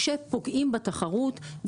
שפוגעים בתחרות,